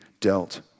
dealt